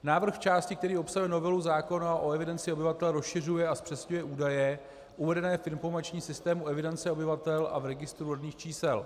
Návrh části, který obsahuje novelu zákona o evidenci obyvatel, rozšiřuje a zpřesňuje údaje uvedené v informačním systému evidence obyvatel a v registru rodných čísel.